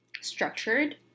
structured